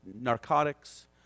narcotics